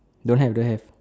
don't have don't have